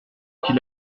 qu’il